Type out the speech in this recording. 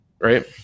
right